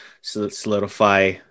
solidify